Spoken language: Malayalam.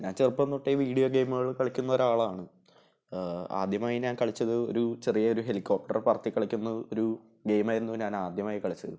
ഞാൻ ചെറുപ്പം തൊട്ടേ വീഡിയോ ഗെയിമുകൾ കളിക്കുന്ന ഒരാളാണ് ആദ്യമായി ഞാൻ കളിച്ചത് ഒരു ചെറിയ ഒരു ഹെലികോപ്റ്റർ പറത്തി കളിക്കുന്ന ഒരു ഗെയിം ആയിരുന്നു ഞാൻ ആദ്യമായി കളിച്ചത്